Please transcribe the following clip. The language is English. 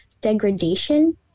degradation